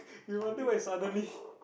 you wonder why suddenly